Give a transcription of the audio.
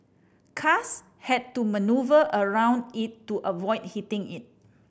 cars had to manoeuvre around it to avoid hitting it